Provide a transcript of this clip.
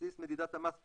בסיס מדידת המס פה,